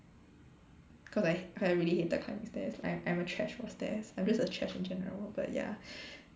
cause I I really hated climbing stairs like I'm a trash for stairs I'm just a trash in general but ya